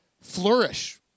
flourish